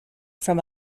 from